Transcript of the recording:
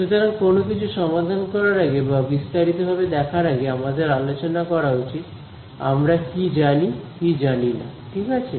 সুতরাং কোন কিছু সমাধান করার আগে বা বিস্তারিতভাবে দেখার আগে আমাদের আলোচনা করা উচিত আমরা কি জানি কি জানি না ঠিক আছে